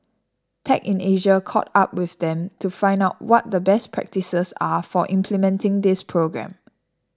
tech in Asia caught up with them to find out what the best practices are for implementing this program